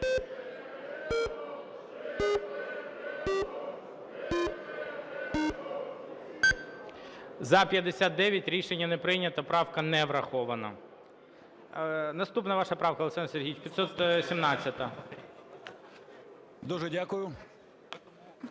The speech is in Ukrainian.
За-59 Рішення не прийнято. Правка не врахована. Наступна ваша правка, Олександр Сергійович, 517-а.